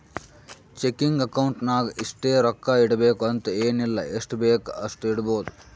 checking account ನಾಗ್ ಇಷ್ಟೇ ರೊಕ್ಕಾ ಇಡಬೇಕು ಅಂತ ಎನ್ ಇಲ್ಲ ಎಷ್ಟಬೇಕ್ ಅಷ್ಟು ಇಡ್ಬೋದ್